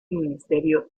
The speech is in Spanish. ministerio